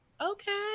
Okay